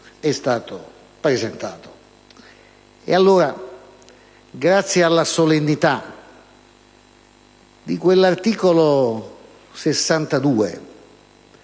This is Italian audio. è stato presentato.